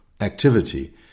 activity